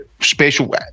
special